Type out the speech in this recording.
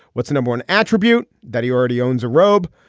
what's the number one attribute that he already owns a robe.